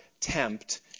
tempt